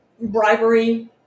bribery